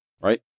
right